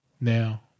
now